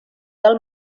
del